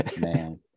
Man